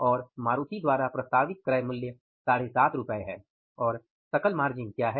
और मारुति द्वारा प्रस्तावित क्रय मूल्य 75 रु है और सकल मार्जिन क्या है